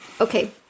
Okay